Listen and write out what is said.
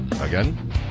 Again